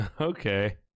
Okay